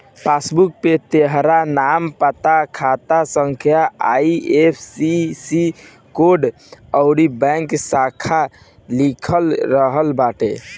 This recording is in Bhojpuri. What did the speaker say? पासबुक पे तोहार नाम, पता, खाता संख्या, आई.एफ.एस.सी कोड अउरी बैंक शाखा लिखल रहत बाटे